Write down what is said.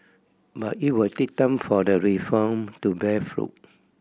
but it will take time for the reform to bear fruit